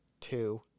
two